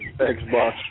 Xbox